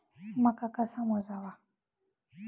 मका कसा मोजावा?